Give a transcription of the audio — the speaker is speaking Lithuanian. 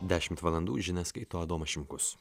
dešimt valandų žinias skaito adomas šimkus